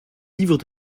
livres